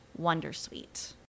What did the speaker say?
Wondersuite